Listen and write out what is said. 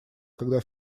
когда